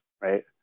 right